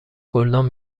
گلدان